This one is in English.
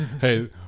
hey